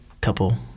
couple